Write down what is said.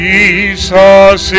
Jesus